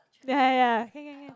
ya ya ya can can can